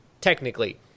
technically